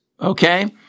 okay